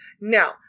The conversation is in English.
Now